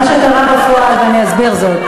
מה שקרה בפועל, ואני אסביר זאת,